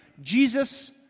Jesus